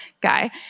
guy